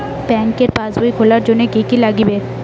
ব্যাঙ্কের পাসবই খুলির জন্যে কি কি নাগিবে?